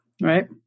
right